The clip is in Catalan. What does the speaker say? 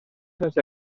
sense